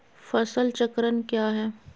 फसल चक्रण क्या है?